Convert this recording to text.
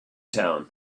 town